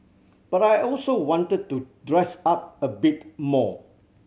but I also wanted to dress up a bit more